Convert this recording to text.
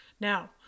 Now